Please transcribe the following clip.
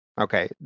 Okay